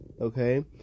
Okay